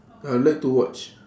uh like to watch